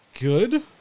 good